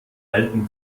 alten